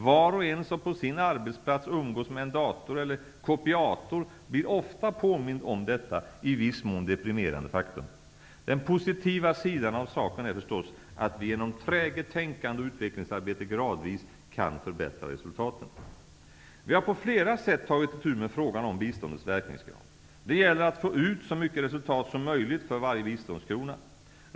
Var och en som på sin arbetsplats umgås med en dator eller kopiator blir ofta påmind om detta, i viss mån deprimerande, faktum. Den positiva sidan av saken är förstås att vi genom träget tänkande och utvecklingsarbete gradvis kan förbättra resultaten. Vi har på flera sätt tagit itu med frågan om biståndets verkningsgrad. Det gäller att få ut så mycket resultat som möjligt för varje biståndskrona.